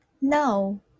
No